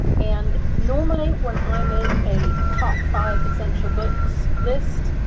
and normally when i make a top five essential books list